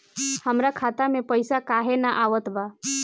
हमरा खाता में पइसा काहे ना आवत बा?